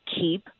keep